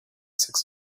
six